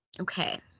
Okay